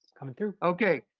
coming through. okay,